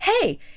hey